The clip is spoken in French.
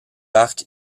arcs